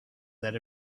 that